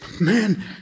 Man